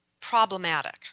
problematic